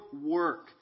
work